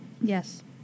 Yes